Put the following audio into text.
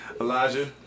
Elijah